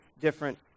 different